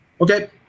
Okay